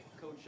Coach